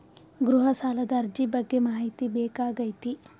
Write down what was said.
ಗೃಹ ಸಾಲದ ಅರ್ಜಿ ಬಗ್ಗೆ ಮಾಹಿತಿ ಬೇಕಾಗೈತಿ?